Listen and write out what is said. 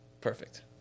Perfect